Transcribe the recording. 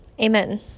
amen